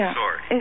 sorry